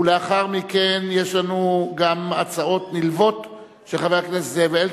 לאחר מכן יש לנו גם הצעות נלוות של חבר הכנסת זאב אלקין,